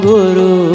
Guru